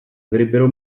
avrebbero